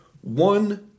one